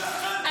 לא,